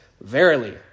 Verily